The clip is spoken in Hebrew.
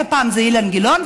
פעם זה אילן גילאון,